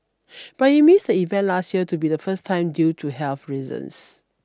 but he missed the event last year to be the first time due to health reasons